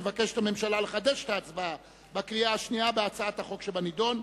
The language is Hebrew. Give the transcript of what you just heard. מבקשת הממשלה לחדש את ההצבעה בקריאה השנייה בהצעת החוק שבנדון,